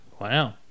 Wow